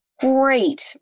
great